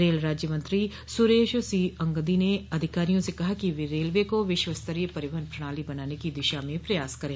rail राज्यमंत्री Suresh C Angadi ने अधिकारियों से कहा कि वे रेलवे को विश्वस्तरीय परिवहन प्रणाली बनाने की दिशा में प्रयास करें